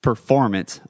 Performance